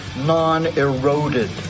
non-eroded